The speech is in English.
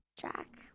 Jack